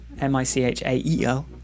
M-I-C-H-A-E-L